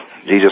Jesus